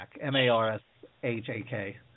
M-A-R-S-H-A-K